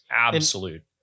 absolute